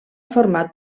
format